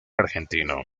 argentino